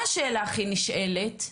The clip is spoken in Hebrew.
והשאלה הכי נשאלת,